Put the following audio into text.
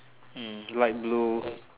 hmm light blue